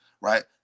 right